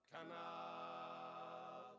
Canal